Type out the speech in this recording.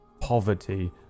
poverty